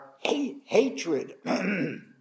hatred